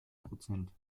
prozent